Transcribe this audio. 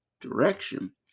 direction